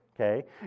okay